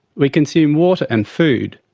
we consume water and food.